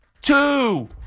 two